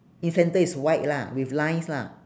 in center is white lah with lines lah